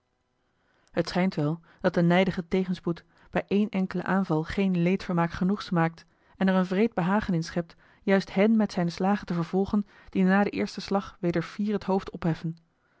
t schijnt wel dat de nijdige tegenspoed bij één enkelen aanval geen leedvermaak genoeg smaakt en er een wreed behagen in schept juist hen met zijne slagen te vervolgen die na den eersten slag weder fier het hoofd opheffen